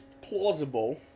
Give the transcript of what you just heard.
plausible